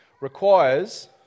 requires